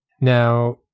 Now